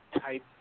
type